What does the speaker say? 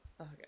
Okay